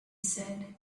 said